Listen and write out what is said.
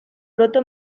brota